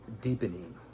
deepening